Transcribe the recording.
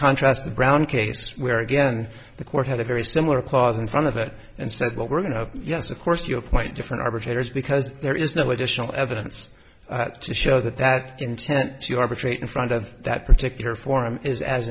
contrast brown case where again the court had a very similar clause in front of it and said well we're going to yes of course you appoint different arbiters because there is no additional evidence to show that that intent to arbitrate in front of that particular forum is as